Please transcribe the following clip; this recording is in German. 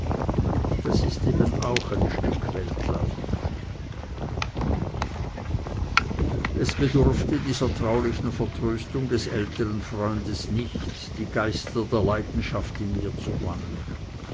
das ist eben auch ein stück weltlauf es bedurfte dieser traulichen vertröstung des ältern freundes nicht die geister der leidenschaft in mir zu bannen